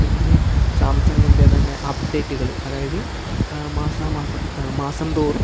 പിന്നെ സാംസങ്ങിൻ്റെ തന്നെ അപ്ഡേറ്റുകൾ അതായത് മാസാ മാസം മാസന്തോറും